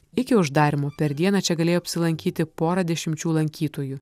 iki uždarymo per dieną čia galėjo apsilankyti pora dešimčių lankytojų